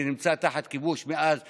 שנמצא תחת כיבוש מאז 67',